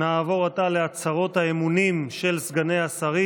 נעבור עתה להצהרות האמונים של סגני השרים.